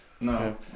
No